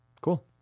Cool